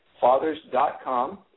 fathers.com